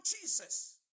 Jesus